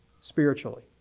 spiritually